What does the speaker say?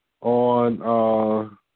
on